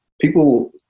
People